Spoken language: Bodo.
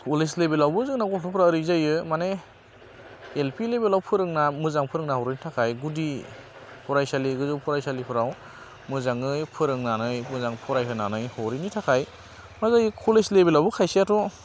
कलेज लेभेलावबो जोंना गथ'फ्रा ओरै जायो माने एलपि लेभेलाव फोरोंना मोजां फोरोंना हरैनि थाखाय गुदि फरायसालि गोजौ फरायसालिफोराव मोजाङै फोरोंनानै मोजां फरायहोनानै हरैनि थाखाय मा जायो कलेज लेभेलावबो खायसेयाथ'